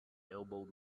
elbowed